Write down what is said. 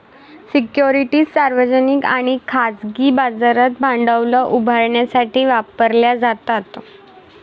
securities सार्वजनिक आणि खाजगी बाजारात भांडवल उभारण्यासाठी वापरल्या जातात